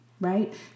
right